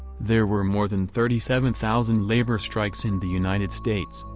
there were more than thirty seven thousand labor strikes in the united states,